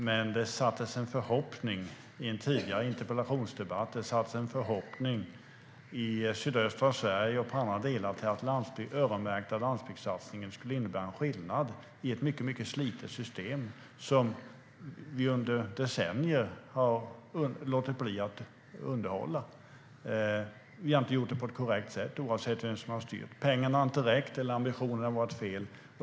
Men i och med en tidigare interpellationsdebatt väcktes en förhoppning i sydöstra Sverige och andra delar av landet om att den öronmärkta landsbygdssatsningen skulle innebära en skillnad i ett mycket slitet system, som vi under decennier har låtit bli att underhålla. Vi har inte gjort det på ett korrekt sätt, oavsett vem som styrt. Pengarna har inte räckt, eller så har ambitionerna varit felaktiga.